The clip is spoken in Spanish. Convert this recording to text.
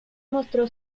mostró